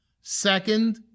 second